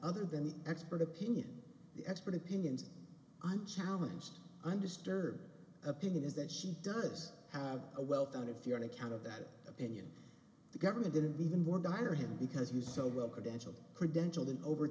other than the expert opinion expert opinions on challenged undisturbed opinion is that she does have a well founded fear on account of that opinion the government didn't even more dire him because he was so well credentialed credentialed in over